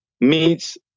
meets